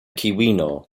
keweenaw